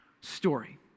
Story